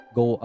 go